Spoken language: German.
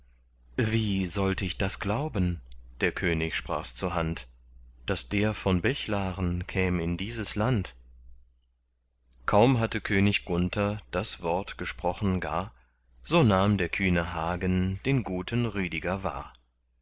wie sollt ich das glauben der könig sprachs zuhand daß der von bechlaren käm in dieses land kaum hatte könig gunther das wort gesprochen gar so nahm der kühne hagen den guten rüdiger wahr